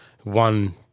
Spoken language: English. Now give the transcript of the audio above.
one